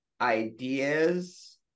ideas